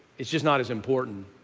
it's just not as important.